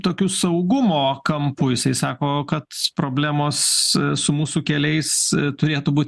tokiu saugumo kampu jisai sako kad problemos su mūsų keliais turėtų būt